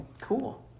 Cool